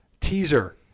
teaser